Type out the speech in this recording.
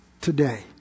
today